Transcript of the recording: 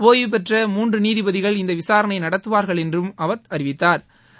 ஒய்வு பெற்ற மூன்று நீதிபதிகள் இந்த விசாரணையை நடத்துவாா்கள் என்றும் அவா் அறிவித்தாா்